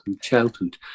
childhood